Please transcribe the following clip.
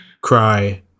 cry